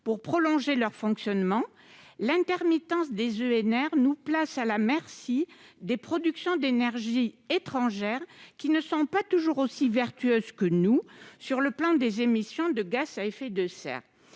pour prolonger leur fonctionnement, l'intermittence des EnR nous place à la merci des productions d'énergie étrangères, qui ne sont pas toujours aussi vertueuses que nous du point de vue des émissions de gaz à effet de serre.